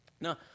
Now